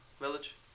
Village